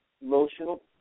emotional